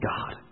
God